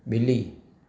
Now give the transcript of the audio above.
बि॒ली